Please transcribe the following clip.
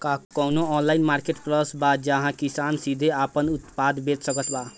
का कउनों online marketplace बा जहां किसान सीधे आपन उत्पाद बेच सकत बा?